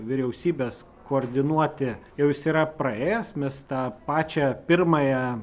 vyriausybės koordinuoti jau jis yra praėjęs mes tą pačią pirmąją